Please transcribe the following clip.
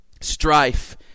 Strife